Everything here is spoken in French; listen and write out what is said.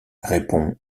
répond